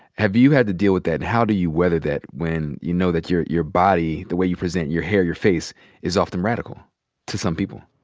have you had to deal with that? and how do you weather that when you know that your your body, the way you present, your hair, your face is often radical to some people?